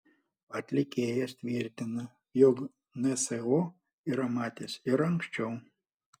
atlikėjas tvirtina jog nso yra matęs ir anksčiau